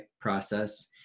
process